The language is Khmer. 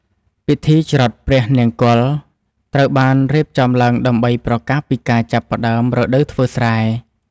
ពិធីច្រត់ព្រះនង្គ័ល ត្រូវបានរៀបចំឡើងដើម្បីប្រកាសពីការចាប់ផ្តើមរដូវធ្វើស្រែ។